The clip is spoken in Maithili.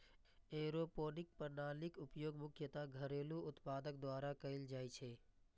एयरोपोनिक प्रणालीक उपयोग मुख्यतः घरेलू उत्पादक द्वारा कैल जाइ छै